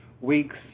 weeks